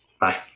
Bye